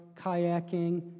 kayaking